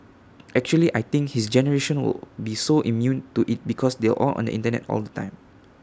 actually I think his generation will be so immune to IT because they're all on the Internet all the time